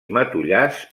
matollars